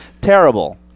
Terrible